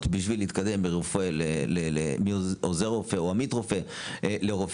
בשביל להתקדם מעוזר רופא או עמית רופא לרופא,